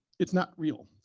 it's not real.